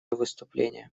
выступление